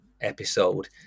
episode